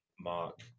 mark